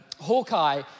Hawkeye